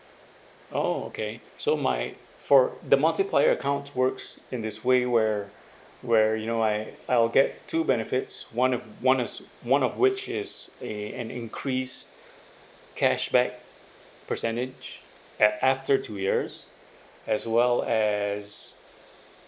orh okay so my for the multiplier account to works in this way where where you know I I'll get two benefits one of one is one of which is a an increase cashback percentage at after two years as well as